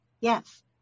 Yes